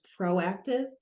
proactive